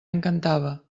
encantava